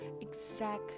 exact